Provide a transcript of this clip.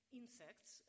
insects